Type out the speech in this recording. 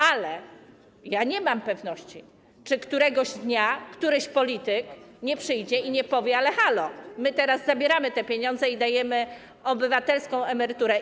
Ale nie mam pewności, czy któregoś dnia któryś polityk nie przyjdzie i nie powie: Halo, teraz zabieramy te pieniądze i dajemy obywatelską emeryturę.